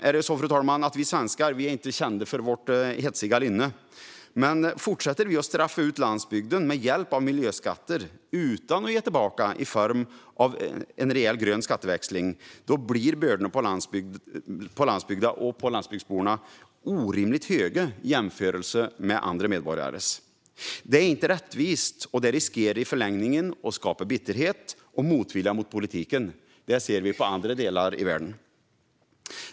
Fru talman! Nu är inte svenskar kända för vårt hetsiga lynne, men fortsätter vi att straffa ut landsbygden med hjälp av miljöskatter utan att ge tillbaka i form av en rejäl grön skatteväxling blir bördorna på landsbygden och landsbygdsborna orimligt tunga i jämförelse med andra medborgares. Det är inte rättvist och riskerar att i förlängningen skapa bitterhet och motvilja mot politiken. Det ser vi i andra delar av världen.